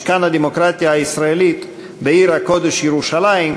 משכן הדמוקרטיה הישראלית בעיר הקודש ירושלים,